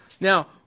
Now